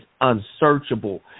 unsearchable